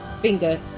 finger